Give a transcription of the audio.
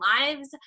lives